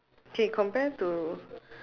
K compare to